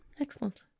Excellent